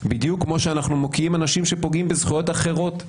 בדיוק כמו שאנחנו מוקיעים אנשים שפוגעים בזכויות אחרות.